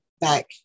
back